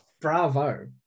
Bravo